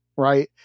Right